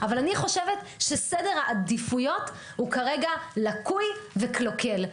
אבל אני חושבת שסדר העדיפויות הוא כרגע לקוי וקלוקל.